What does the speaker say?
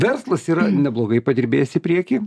verslas yra neblogai padirbėjęs į priekį